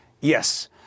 Yes